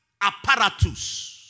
apparatus